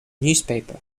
newspaper